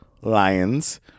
lions